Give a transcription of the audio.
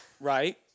right